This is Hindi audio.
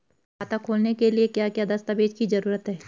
खाता खोलने के लिए क्या क्या दस्तावेज़ की जरूरत है?